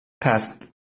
past